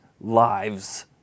lives